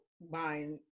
buying